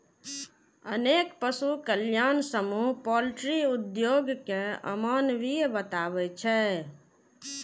अनेक पशु कल्याण समूह पॉल्ट्री उद्योग कें अमानवीय बताबै छै